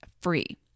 free